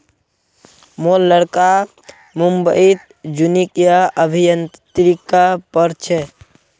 मोर लड़का मुंबईत जनुकीय अभियांत्रिकी पढ़ छ